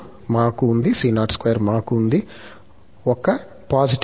మాకు ఉంది మాకు ఉంది యొక్క పాజిటివ్ పవర్